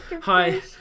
Hi